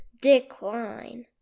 decline